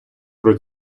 про